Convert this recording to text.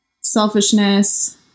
Selfishness